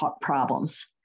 problems